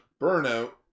Burnout